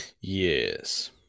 Yes